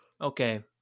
okay